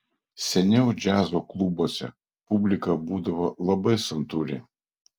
seniau džiazo klubuose publika būdavo labai santūri